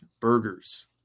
burgers